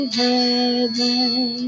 heaven